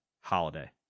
holiday